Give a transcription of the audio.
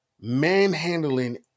manhandling